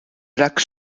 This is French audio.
lac